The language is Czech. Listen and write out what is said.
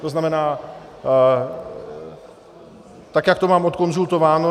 To znamená, tak jak to mám odkonzultováno.